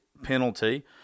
penalty